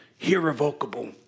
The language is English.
irrevocable